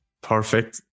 Perfect